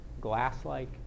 glass-like